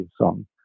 song